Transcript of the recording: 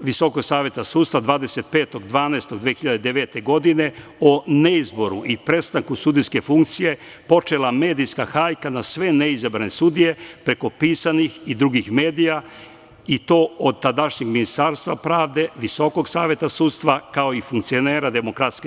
Visokog saveta sudstva 25.12.2009. godine o neizboru i prestanku sudijske funkcije počela medijska hajka ne sve neizabrane sudije preko pisanih i drugih medija i to od tadašnjeg Ministarstva pravde, Visokog saveta sudstva, kao i funkcionera DS.